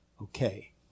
Okay